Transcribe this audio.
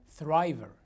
Thriver